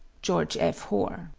george f. hoar.